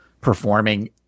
performing